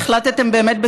החלטתם באמת,